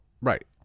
right